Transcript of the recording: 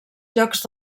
llocs